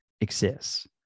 exists